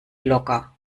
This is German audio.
locker